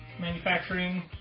Manufacturing